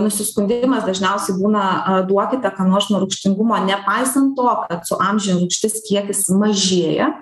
nusiskundimas dažniausiai būna a duokite ką nors nuo rūgštingumo nepaisant to kad su amžium rūgšties kiekis mažėja